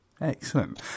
Excellent